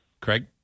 Craig